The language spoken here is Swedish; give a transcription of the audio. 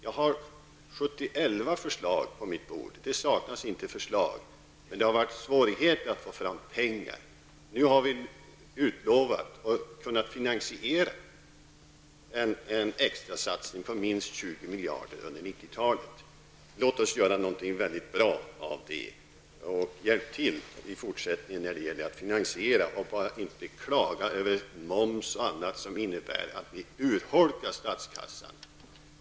Jag har ''sjuttioelva'' förslag på mitt bord. Det saknas inte förslag, men det har varit svårt att få fram pengar. Nu har vi utlovat, och kan finansiera, en extra satsning på minst 20 miljarder kronor under 1990-talet. Låt oss göra någonting mycket bra av det. Hjälp i fortsättningen till med finansieringen och klaga inte över moms och annat som innebär att statskassan urholkas.